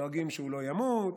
דואגים שהוא לא ימות,